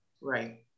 Right